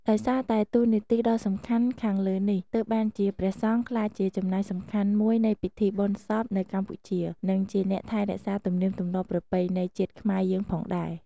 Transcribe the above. ដោយសារតែតួនាទីដ៏សំខាន់ខាងលើនេះ ទើបបានជាព្រះសង្ឃក្លាយជាចំណែកសំខាន់មួយនៃពិធីបុណ្យសពនៅកម្ពុជា និងជាអ្នកថែរក្សាទំនៀមទម្លាប់ប្រពៃណីជាតិខ្មែរយើងផងដែរ។